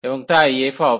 এবং তাই fckΔxk